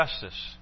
justice